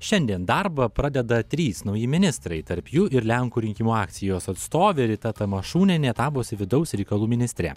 šiandien darbą pradeda trys nauji ministrai tarp jų ir lenkų rinkimų akcijos atstovė rita tamašunienė tapusi vidaus reikalų ministre